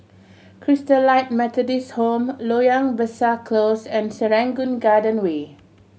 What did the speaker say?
Christalite Methodist Home Loyang Besar Close and Serangoon Garden Way